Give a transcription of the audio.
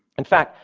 in fact,